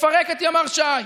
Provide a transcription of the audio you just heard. לפרק את ימ"ר ש"י.